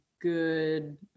good